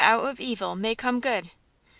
that out of evil may come good.